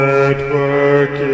Network